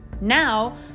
Now